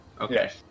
Okay